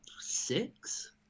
six